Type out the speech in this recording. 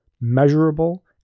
measurable